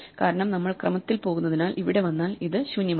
കാരണം നമ്മൾ ക്രമത്തിൽ പോകുന്നതിനാൽ ഇവിടെ വന്നാൽ ഇത് ശൂന്യമല്ല